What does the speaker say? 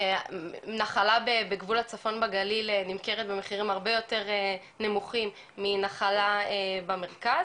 נחלה בגבול הצפון בגליל נמכרת במחירים הרבה יותר נמוכים מנחלה במרכז.